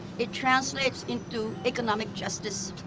it translates into economic justice.